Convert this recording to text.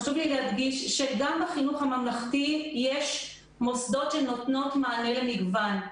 חשוב לי להדגיש שגם בחינוך הממלכתי יש מוסדות שנותנים מענה למגוון,